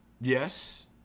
Yes